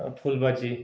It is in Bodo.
फुल बादि